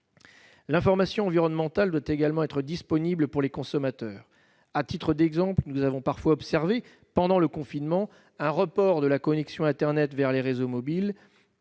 L'information environnementale doit également être disponible pour les consommateurs. À titre d'exemple, nous avons parfois observé, pendant le confinement, un report de la connexion à l'internet vers les réseaux mobiles,